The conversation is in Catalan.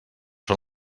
són